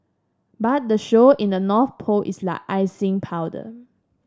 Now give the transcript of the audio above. but the show in the North Pole is like icing powder